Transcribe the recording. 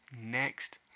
next